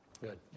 Good